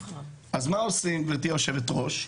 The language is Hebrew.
אז מה עושים גברתי יושבת הראש?